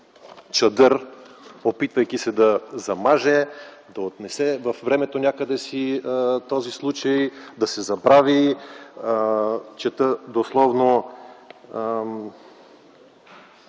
чадър, опитвайки се да замаже, да отнесе във времето някъде си този случай, да се забрави – чета дословно: